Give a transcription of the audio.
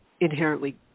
inherently